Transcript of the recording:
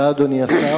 תודה, אדוני השר.